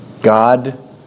God